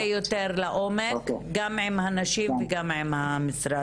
אני אבדוק הרבה יותר לעומק גם עם הנשים וגם עם המשרד.